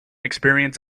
experience